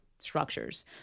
structures